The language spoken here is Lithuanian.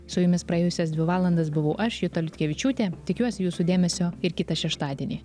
su jumis praėjusias dvi valandas buvau aš juta liutkevičiūtė tikiuosi jūsų dėmesio ir kitą šeštadienį